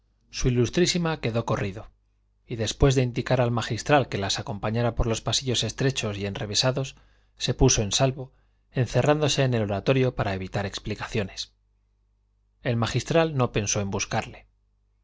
s i quedó corrido y después de indicar al magistral que las acompañara por los pasillos estrechos y enrevesados se puso en salvo encerrándose en el oratorio para evitar explicaciones el magistral no pensó en buscarle